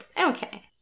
Okay